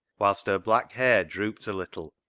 whilst her black hair drooped a little,